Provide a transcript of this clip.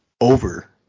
over